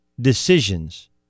decisions